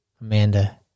Amanda